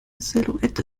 silhouette